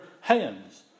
hands